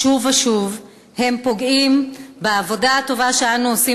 שוב ושוב הם פוגעים בעבודה הטובה שאנו עושים